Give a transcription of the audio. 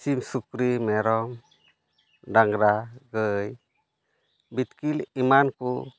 ᱥᱤᱢ ᱥᱩᱠᱨᱤ ᱢᱮᱨᱚᱢ ᱰᱟᱝᱨᱟ ᱜᱟᱹᱭ ᱵᱤᱛᱠᱤᱞ ᱮᱢᱟᱱ ᱠᱚ